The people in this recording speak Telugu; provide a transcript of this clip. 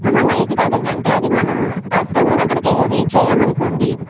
అహ నైట్ కాదండి అంటే అది మనం ఆప్టర్నూన్ అక్కడికి రీచ్ అయ్యామనుకోండి